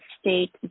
state